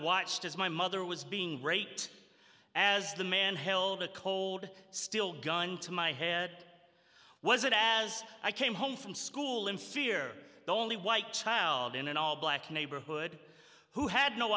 watched as my mother was being great as the man held a cold steel gun to my head was it as i came home from school in fear the only white child in an all black neighborhood who had no